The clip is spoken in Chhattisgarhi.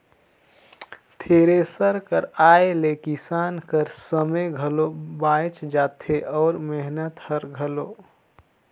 थेरेसर कर आए ले किसान कर समे घलो बाएच जाथे अउ मेहनत हर घलो